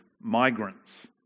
migrants